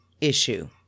issue